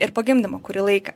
ir po gimdymo kurį laiką